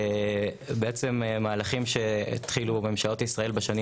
בעצם מהלכים שהתחילו בממשלות ישראל בשנים